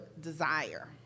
desire